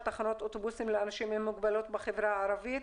תחנות אוטובוסים לאנשים עם מוגבלות בחברה הערבית,